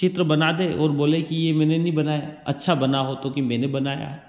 चित्र बना दे और बोले कि यह मैंने नहीं बनाया अच्छा बना हो तो कि मैंने बनाया है